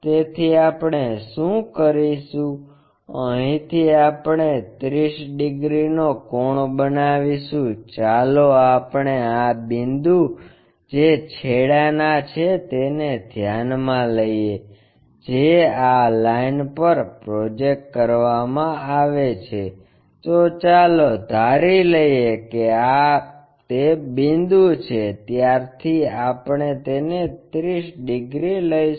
તેથી આપણે શું કરીશું અહીંથી આપણે 30 ડિગ્રીનો કોણ બનાવીશું ચાલો આપણે આ બિંદુ જે છેડાના છે તેને ધ્યાનમાં લઈએ જે આ લાઇન પર પ્રોજેક્ટ કરવામાં આવે છે તો ચાલો ધારી લઈએ કે આ તે બિંદુ છે ત્યારથી આપણે તેને 30 ડિગ્રી લઈશું